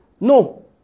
No